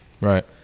right